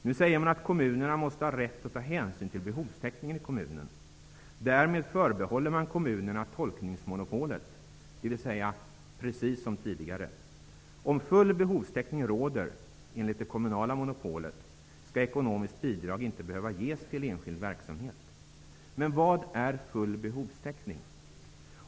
Nu säger man att kommunerna måste ha rätt att ta hänsyn till behovstäckningen i kommunen. Därmed förbehåller man kommunerna tolkningsmonopolet, d.v.s. precis som tidigare. Om full behovstäckning råder, enligt det kommunala monopolet, skall ekonomiskt bidrag inte behöva ges till enskild verksamhet. Men vad är full behovstäckning?